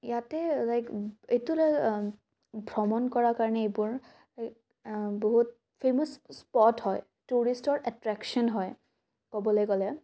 ইয়াতে লাইক এইটো ভ্ৰমণ কৰাৰ কাৰণে এইবোৰ বহুত ফেমাচ স্পট হয় টুৰিষ্টৰ এট্ৰেকশ্যন হয় ক'বলৈ গ'লে